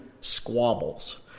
squabbles